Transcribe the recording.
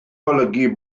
golygu